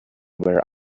where